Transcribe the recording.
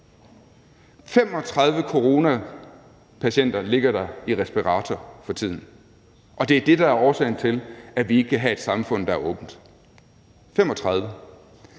35 coronapatienter ligger der i respirator for tiden, og det er det, der er årsag til, at vi ikke kan have et samfund, der er åbent. 35!